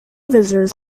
visitors